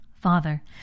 Father